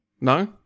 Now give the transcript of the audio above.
No